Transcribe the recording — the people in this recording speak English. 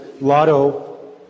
Lotto